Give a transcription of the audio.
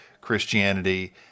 Christianity